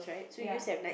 ya